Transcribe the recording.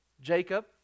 Jacob